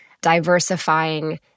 diversifying